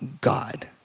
God